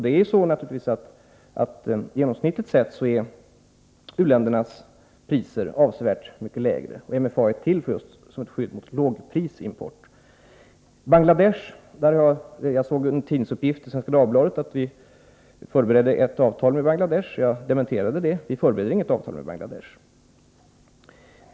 Det är naturligtvis så att u-ländernas priser genomsnittligt är avsevärt mycket lägre, och MFA är till just som skydd mot lågprisimport. Jag såg vidare en notis i Svenska Dagbladet om att vi förbereder ett avtal med Bangladesh. Jag dementerade det — vi förbereder inget avtal med Bangladesh.